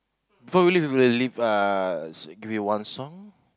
before we leave before we leave ah s~ give me one song